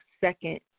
second